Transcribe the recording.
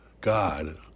God